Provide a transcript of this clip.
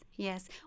Yes